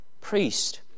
priest